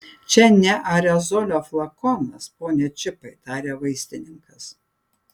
čia ne aerozolio flakonas pone čipai tarė vaistininkas